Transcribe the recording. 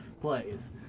plays